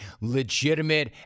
legitimate